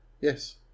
Yes